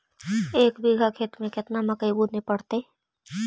एक बिघा खेत में केतना मकई बुने पड़तै?